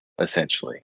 essentially